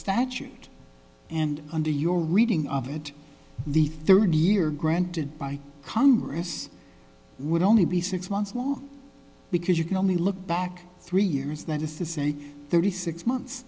statute and under your reading of it the third year granted by congress would only be six months long because you can only look back three years that is to say thirty six months